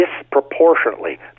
disproportionately